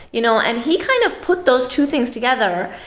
you know and he kind of put those two things together,